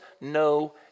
no